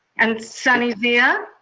and sunny zia?